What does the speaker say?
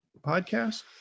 podcast